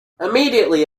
immediately